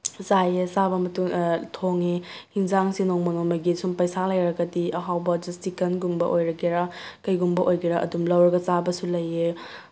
ꯆꯥꯏꯑꯦ ꯆꯥꯕ ꯃꯇꯨꯡ ꯊꯣꯡꯉꯦ ꯌꯦꯟꯁꯥꯡꯁꯦ ꯅꯣꯡꯃꯅꯣꯡꯃꯒꯤ ꯁꯨꯝ ꯄꯩꯁꯥ ꯂꯩꯔꯒꯗꯤ ꯑꯍꯥꯎꯕ ꯆꯤꯀꯟꯒꯨꯝꯕ ꯑꯣꯏꯒꯦꯔ ꯀꯩꯒꯨꯝꯕ ꯑꯣꯏꯒꯦꯔ ꯑꯗꯨꯝ ꯂꯧꯔꯒ ꯆꯥꯕꯁꯨ ꯂꯩꯑꯦ